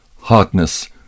hardness